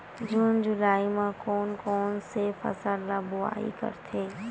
जून जुलाई म कोन कौन से फसल ल बोआई करथे?